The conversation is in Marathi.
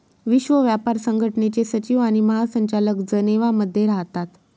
विश्व व्यापार संघटनेचे सचिव आणि महासंचालक जनेवा मध्ये राहतात